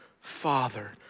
father